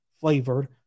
flavored